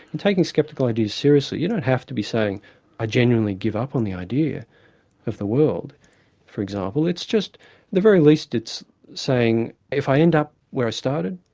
and taking sceptical ideas seriously, you don't have to be saying i genuinely give up on the idea of the world for example, it's just the very least it's saying, if i end up where i started,